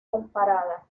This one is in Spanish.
comparada